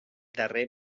darrer